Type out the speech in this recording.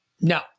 no